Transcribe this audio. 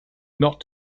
not